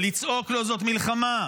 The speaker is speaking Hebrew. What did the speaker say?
ולצעוק לו: זאת מלחמה,